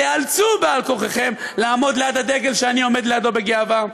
תיאלצו על-כורחכם לעמוד ליד הדגל שאני עומד לידו בגאווה.